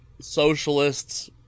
socialists